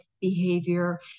behavior